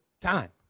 time